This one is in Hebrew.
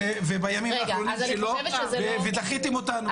ובימים האחרונים שלו, ודחיתם אותנו.